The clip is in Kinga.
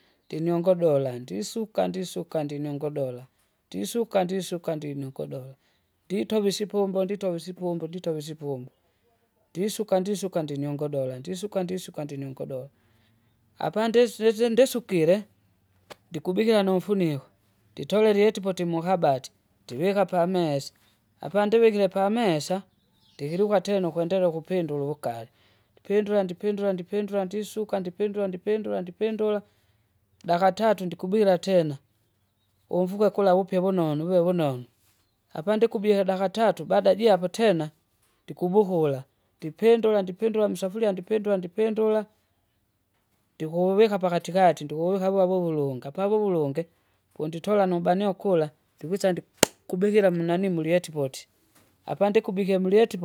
ndinyongodola ndisuka ndisuka ndinyongodola, ndisuka ndisuka ndinyongodola nditove isipumba nditove isipumbwa nditove isipumpu nditove isipumbu, ndisuka ndisuka ndinyongodolandisuka ndisuka ndinyongodola apa ndisi- sizi- ndisukile, ndikubikira numfuniko, nditole ilietipoti mukabati, ndivika pamesa, apandivikire pamesa, ndikiluka tena ukwendelea ukupindula uvugare, ndipindula ndipindula ndisuka ndipindula ndipindula ndipindula, daka tatu ndikubwira tena, umvuke kula wupye vunonu uwe wunonu. Apa ndikubye daka tatu baada japo tena, ndikubukula, ndipindula ndipindula musafuria ndipindula ndipindula, ndiukuvuvika apakatikati ndukuvuvika vuva vuvulunga pavuvulunge apavuvulunge, ponditola kula ndikwisa kubikila munani mulietipoti, apandikubikie mulietipo.